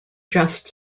just